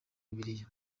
bibiliya